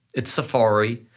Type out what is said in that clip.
it's safari,